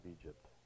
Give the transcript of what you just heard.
Egypt